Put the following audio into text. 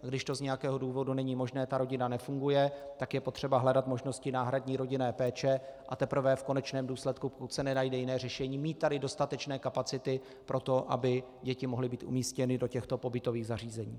A když to z nějakého důvodu není možné, ta rodina nefunguje, tak je potřeba hledat možnosti náhradní rodinné péče, a teprve v konečném důsledku, pokud se nenajde jiné řešení, mít tady dostatečné kapacity pro to, aby děti mohly být umístěny do těchto pobytových zařízení.